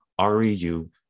REU